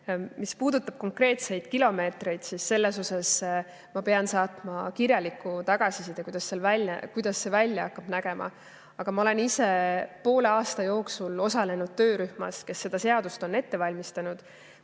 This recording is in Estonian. Mis puudutab konkreetseid kilomeetreid, siis selle kohta ma pean saatma kirjaliku tagasiside, kuidas see välja hakkab nägema. Ma olen ise poole aasta jooksul osalenud töörühmas, kus seda seadust on ette valmistatud